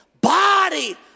body